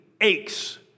aches